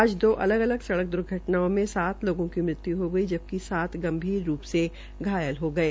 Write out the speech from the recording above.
आज दो अलग अलग सड़क दुर्घटनाओं में सात लोगों की मृत्यु हो गई जबकि सात गंभीर रूप् से घायल हो गये